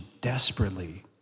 desperately